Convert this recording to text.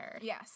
yes